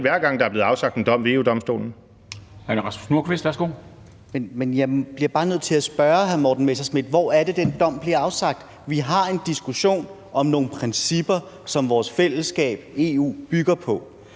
Hr. Rasmus Nordqvist, værsgo. Kl. 19:21 Rasmus Nordqvist (SF): Men jeg bliver bare nødt til at spørge hr. Morten Messerschmidt: Hvor er det, den dom bliver afsagt? Vi har en diskussion om nogle principper, som vores fællesskab, EU, bygger på.